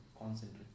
concentrate